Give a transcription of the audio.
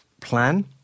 plan